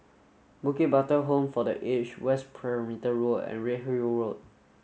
Bukit Batok Home for the Aged West Perimeter Road and Redhill Road